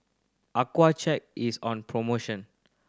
Accucheck is on promotion